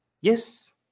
yes